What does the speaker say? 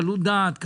קלות דעת,